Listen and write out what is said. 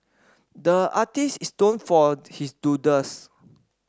the artist is known for his doodles